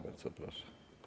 Bardzo proszę.